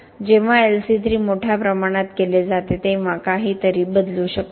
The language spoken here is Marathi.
जेव्हा LC3 मोठ्या प्रमाणात केले जाते तेव्हा काहीतरी बदलू शकते